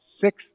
six